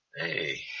Hey